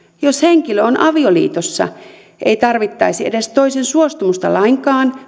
jos henkilö on avioliitossa ei tarvittaisi edes toisen suostumusta lainkaan